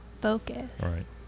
focus